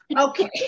Okay